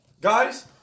guys